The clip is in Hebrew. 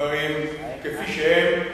דברים כפי שהם.